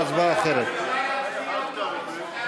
אין נמנעים.